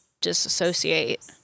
disassociate